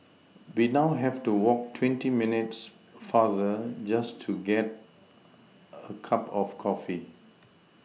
we now have to walk twenty minutes farther just to get a cup of coffee